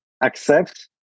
accept